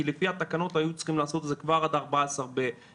כי לפי התקנות היו צריכים לעשות את זה עד 14 באוגוסט,